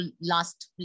last